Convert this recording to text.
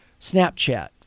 Snapchat